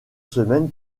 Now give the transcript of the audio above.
semaines